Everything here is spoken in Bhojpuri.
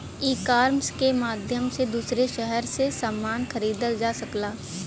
ईकामर्स के माध्यम से दूसरे शहर से समान खरीदल जा सकला